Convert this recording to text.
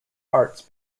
arts